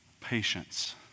Patience